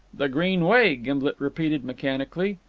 the green way, gimblet repeated mechanically.